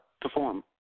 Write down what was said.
perform